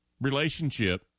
relationship